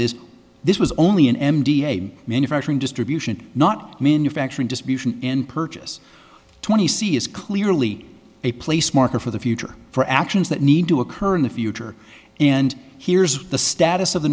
is this was only an m d a manufacturing distribution not manufacturing just be in purchase twenty c is clearly a place marker for the future for actions that need to occur in the future and here's the status of the